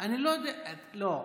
אני לא יודע, לא.